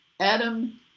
Adam